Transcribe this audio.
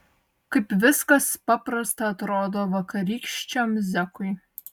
kaip viskas paprasta atrodo vakarykščiam zekui